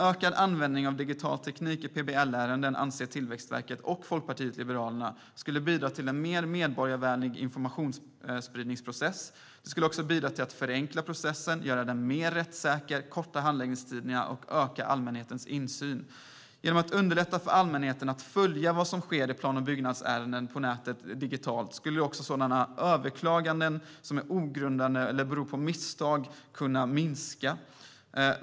Tillväxtverket och Folkpartiet liberalerna anser att en ökad användning av digital teknik i PBL-ärenden skulle bidra till en mer medborgarvänlig informationsspridningsprocess. Det skulle också bidra till att förenkla processen, göra den mer rättssäker, korta handläggningstiderna och öka allmänhetens insyn. Underlättar man för allmänheten att digitalt följa vad som sker i plan och byggärenden kommer dessutom överklaganden som är ogrundade eller beror på missförstånd sannolikt att minska.